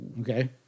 Okay